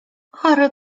chory